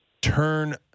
turn